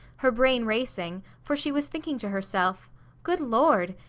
her brain racing, for she was thinking to herself good lord!